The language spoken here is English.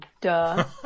duh